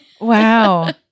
Wow